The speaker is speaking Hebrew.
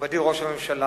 מכובדי ראש הממשלה,